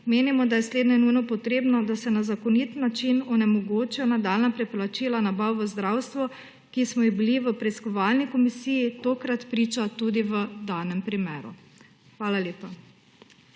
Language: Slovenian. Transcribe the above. menimo, da je slednje nujno potrebno, da se na zakonit način onemogoča nadaljnja preplačila nabav v zdravstvu, ki smo jim bili v preiskovalni komisiji tokrat priča tudi v danem primeru. Hvala lepa.